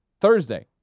thursday